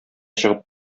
чыгып